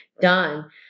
done